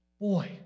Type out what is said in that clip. Boy